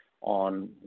on